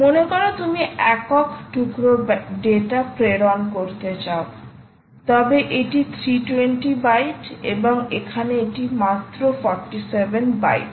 মনে কর তুমি একক টুকরো ডেটা প্রেরণ করতে চাও তবে এটি 320 বাইট এবং এখানে এটি মাত্র 47 বাইট